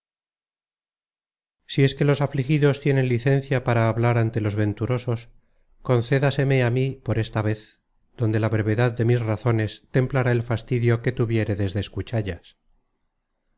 si es que los afligidos tienen licencia para hablar ante los venturosos concédaseme á mí por esta vez donde la brevedad de mis razones templará el fastidio que tuviéredes de escuchallas